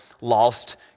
lost